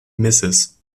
mrs